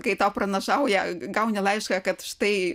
kai tau pranašauja gauni laišką kad štai